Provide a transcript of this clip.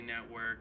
Network